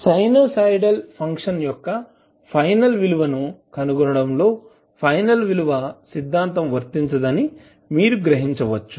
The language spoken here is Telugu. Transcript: సైనోసోయిడల్ ఫంక్షన్ల యొక్క ఫైనల్ విలువలను కనుగొనడంలో ఫైనల్ విలువ సిద్ధాంతం వర్తించదని మీరు సంగ్రహించవచ్చు